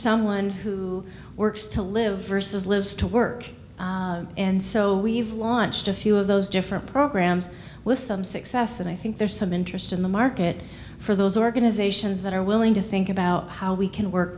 someone who works to live lives to work and so we've launched a few of those different programs with some success and i think there's some interest in the market for those organizations that are willing to think about how we can work